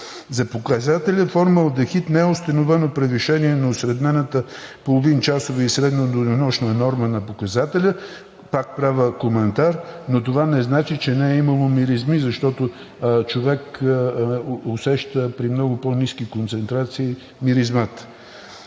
За показателя формалдехид не е установено превишение на осреднената половинчасова и средноденонощна норма на показателя, пак правя коментар, но това не значи, че не е имало миризми, защото човек усеща при много по-ниски концентрации миризмата.